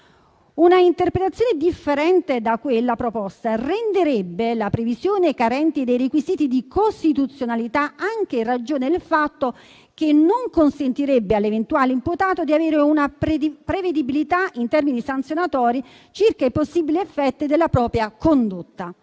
Un'interpretazione differente da quella proposta renderebbe la previsione carente dei requisiti di costituzionalità, anche in ragione del fatto che non consentirebbe all'eventuale imputato di avere una prevedibilità in termini sanzionatori circa i possibili effetti della propria condotta.